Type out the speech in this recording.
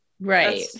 Right